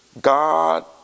God